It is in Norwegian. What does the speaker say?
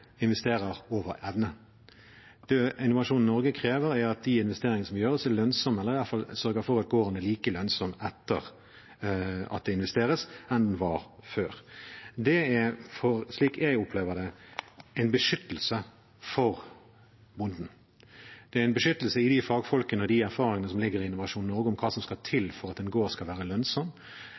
over evne. Det Innovasjon Norge krever, er at de investeringene som gjøres, er lønnsomme, eller i alle fall sørger for at gården er like lønnsom etter at det investeres, som den var før. Det er, slik jeg opplever det, en beskyttelse for bonden. Det er en beskyttelse i de fagfolkene og de erfaringene som ligger i Innovasjon Norge, med tanke på hva som skal til for at en gård skal være lønnsom.